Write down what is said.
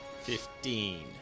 Fifteen